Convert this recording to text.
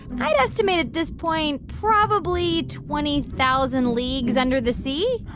i'd estimate at this point probably twenty thousand leagues under the sea.